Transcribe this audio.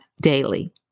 daily